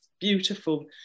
beautiful